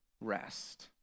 rest